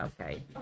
Okay